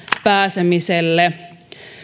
pääsemiselle